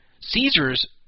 Caesars